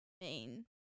main